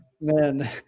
man